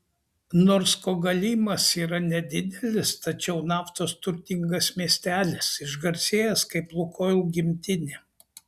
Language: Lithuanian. nors kogalymas yra nedidelis tačiau naftos turtingas miestelis išgarsėjęs kaip lukoil gimtinė